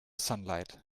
sunlight